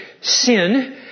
sin